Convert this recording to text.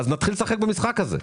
אז אנחנו נתחיל לשחק במשחק הזה,